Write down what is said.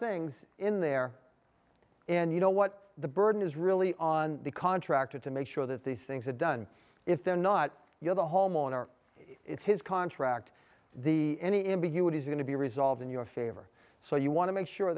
things in there and you know what the burden is really on the contractor to make sure that these things are done if they're not you know the homeowner it's his contract the any ambiguity is going to be resolved in your favor so you want to make sure